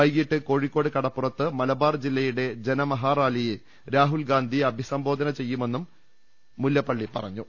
വൈകീട്ട് കോഴിക്കോട് കടപ്പുറത്ത് മലബാർ ജില്ലയുടെ ജനമഹാറാലിയെ രാഹുൽഗാന്ധി അഭിസംബോധന ചെയ്യുമെന്നും മുല്ലപ്പള്ളി പറഞ്ഞു